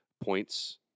points